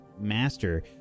master